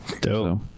Dope